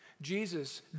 Jesus